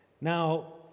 Now